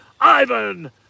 Ivan